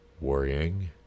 worrying